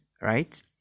Right